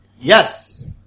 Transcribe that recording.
Yes